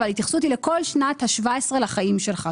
אבל ההתייחסות היא לכל שנת ה-17 לחיים שלך.